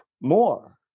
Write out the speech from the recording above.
more